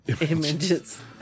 Images